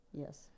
yes